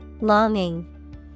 Longing